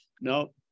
No